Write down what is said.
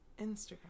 Instagram